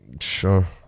Sure